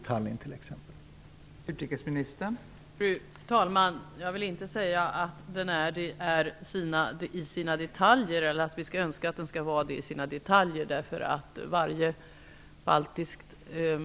Tror man det i t.ex. Tallinn?